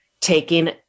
taking